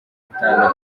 gutanga